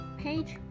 page